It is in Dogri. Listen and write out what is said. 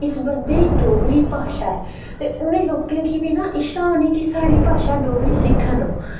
इस बंदे गी डोगरी भाशा ते उनें लोकें गी बी ना इच्छा होनी कि साढञी भाशा डोगरी सिक्खन ओह्